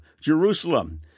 Jerusalem